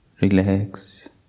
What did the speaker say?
relax